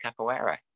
Capoeira